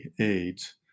aids